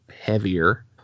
heavier